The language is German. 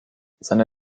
seine